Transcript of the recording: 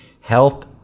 Health